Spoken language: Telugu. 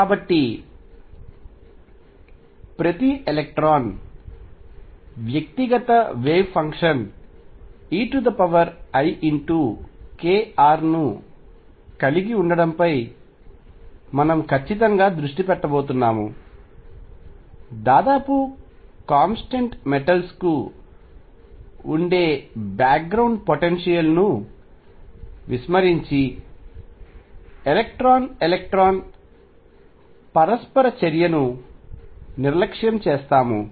కాబట్టి ప్రతి ఎలక్ట్రాన్ వ్యక్తిగత వేవ్ ఫంక్షన్ eikr కలిగి ఉండటంపై మనము ఖచ్చితంగా దృష్టి పెట్టబోతున్నాము దాదాపు కాన్స్టెంట్ మెటల్స్ కు ఉండే బ్యాక్గ్రౌండ్ పొటెన్షియల్ ను విస్మరించి ఎలక్ట్రాన్ ఎలక్ట్రాన్ పరస్పర చర్యను నిర్లక్ష్యం చేస్తాము